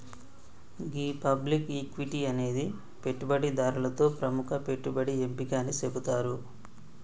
గీ public equity అనేది పెట్టుబడిదారులతో ప్రముఖ పెట్టుబడి ఎంపిక అని సెబుతారు